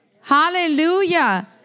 hallelujah